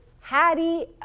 Hattie